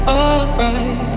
alright